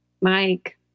Mike